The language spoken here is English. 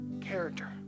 character